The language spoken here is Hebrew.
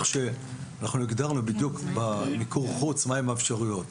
אנחנו הגדרנו בדיוק במיקור חוץ מה הן האפשרויות.